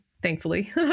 thankfully